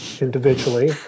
Individually